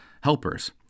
helpers